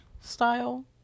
style